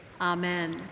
Amen